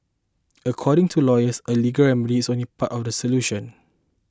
according to lawyers a legal remedy is only part of the solution